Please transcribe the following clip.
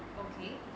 okay